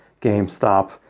GameStop